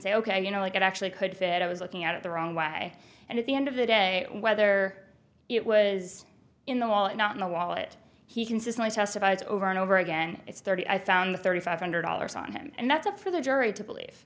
say ok you know like it actually could fit i was looking at it the wrong way and at the end of the day whether it was in the wallet not in the wallet he consistently testifies over and over again it's thirty i found thirty five hundred dollars on him and that's up for the jury to believe